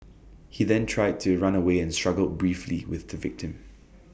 he then tried to run away and struggled briefly with the victim